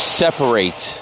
separate